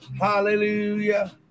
Hallelujah